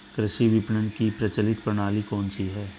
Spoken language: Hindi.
कृषि विपणन की प्रचलित प्रणाली कौन सी है?